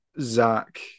Zach